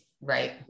Right